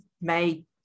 made